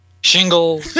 Shingle